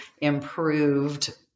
improved